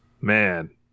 Man